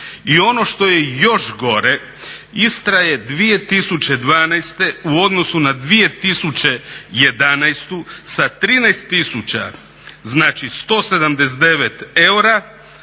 I ono što je još gore, Istra je 2012. u odnosu na 2011. sa 13 tisuća,